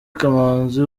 kamanzi